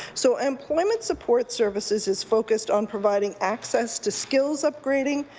so unemployment support services is focused on providing access to skills upgrading,